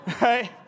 right